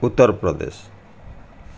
Uttar Pradesh